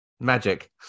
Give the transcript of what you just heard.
magic